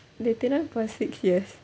they tunang for six years